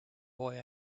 boy